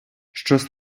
щось